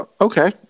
Okay